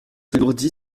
alourdit